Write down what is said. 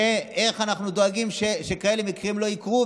איך אנחנו דואגים שכאלה מקרים לא יקרו.